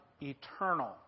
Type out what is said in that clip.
eternal